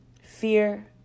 Fear